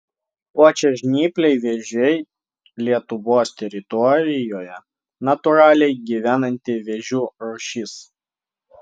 plačiažnypliai vėžiai lietuvos teritorijoje natūraliai gyvenanti vėžių rūšis